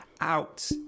out